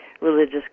Religious